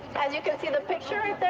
as you can see the picture right there,